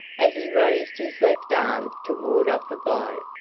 as he raised his left arm to ward off a blow.